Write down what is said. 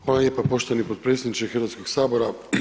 Hvala lijepa poštovani potpredsjedniče Hrvatskog sabora.